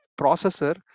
Processor